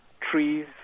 trees